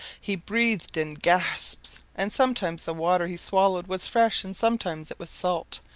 he breathed in gasps and sometimes the water he swallowed was fresh and sometimes it was salt.